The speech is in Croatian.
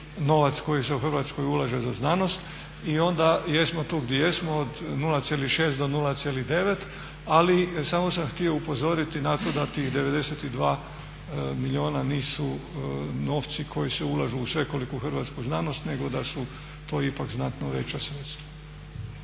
novac koji se u Hrvatskoj ulaže za znanost i onda jesmo tu gdje jesmo od 0,6 do 0,9. Ali samo sam htio upozoriti na to da tih 92 milijuna nisu novci koji se ulažu u svekoliko hrvatsku znanost nego da su to ipak znatno veća sredstva.